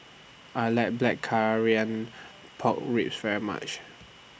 I like Blackcurrant Pork Ribs very much